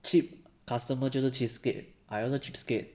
cheap customer 就是 cheapskate I also cheapskate